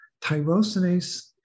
tyrosinase